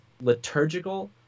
liturgical